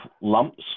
lumps